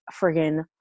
friggin